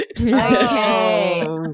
okay